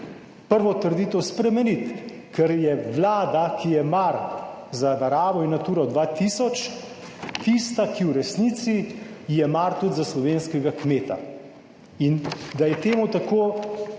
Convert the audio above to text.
prvo trditev spremeniti. Ker je Vlada, ki je mar za naravo in Naturo 2000 tista, ki v resnici je mar tudi za slovenskega kmeta. In da je temu tako,